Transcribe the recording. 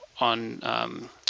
on